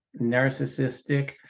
narcissistic